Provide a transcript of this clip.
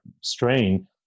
strain